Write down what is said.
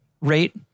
rate